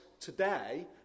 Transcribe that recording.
today